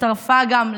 הצטרפה גם,